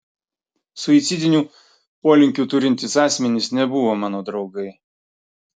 suicidinių polinkių turintys asmenys nebuvo mano draugai